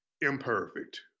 imperfect